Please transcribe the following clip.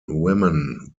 women